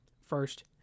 first